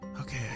Okay